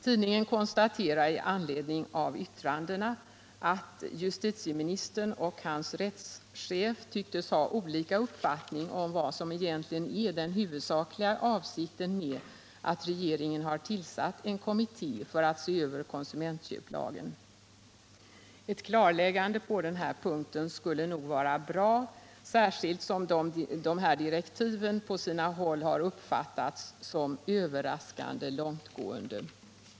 Tidningen konstaterar med anledning av uttalandena att justitieministern och hans rättschef tycktes ha olika uppfattning om vad som egentligen är den huvudsakliga avsikten med att regeringen tillsatt en kommitté för att se över konsumentlagen. Ett klarläggande på den här punkten skulle nog vara bra, särskilt som dessa direktiv på sina håll har uppfattats som överraskande långtgående.